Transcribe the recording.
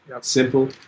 simple